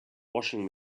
washing